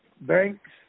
Banks